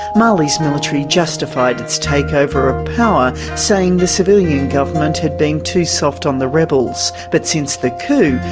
mali's military justified its takeover of power, saying the civilian government had been too soft on the rebels. but since the coup,